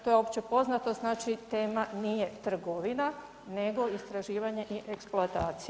To je opće poznato, znači tema nije trgovina nego istraživanje i [[Upadica: Vrijeme.]] eksploatacija.